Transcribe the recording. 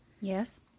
Yes